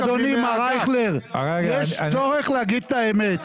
אדוני, מר אייכלר, יש צורך להגיד את האמת.